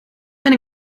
ben